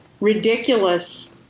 ridiculous